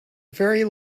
very